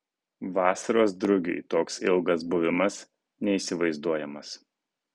vasaros drugiui toks ilgas buvimas neįsivaizduojamas